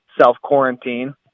self-quarantine